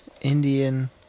Indian